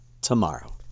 tomorrow